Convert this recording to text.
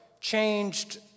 changed